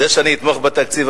זה שאני אתמוך בתקציב,